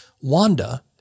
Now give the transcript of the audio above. Wanda